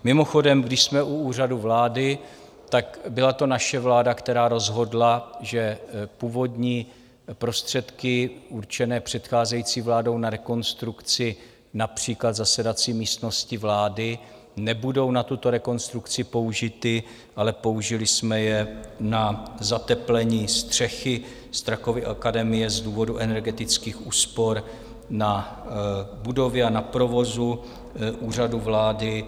Mimochodem, když jsme u Úřadu vlády, tak byla to naše vláda, která rozhodla, že původní prostředky určené předcházející vládou na rekonstrukci, například zasedací místnosti vlády, nebudou na tuto rekonstrukci použity, ale použili jsme je na zateplení střechy Strakovy akademie z důvodu energetických úspor, na budovy a na provoz Úřadu vlády.